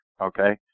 Okay